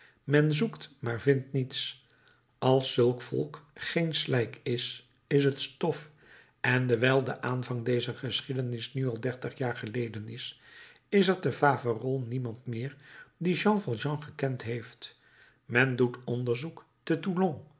men zoekt maar vindt niets als zulk volk geen slijk is is t stof en dewijl de aanvang dezer geschiedenis nu al dertig jaar geleden is is er te faverolles niemand meer die jean valjean gekend heeft men doet onderzoek te